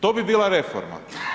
To bi bila reforma.